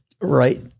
Right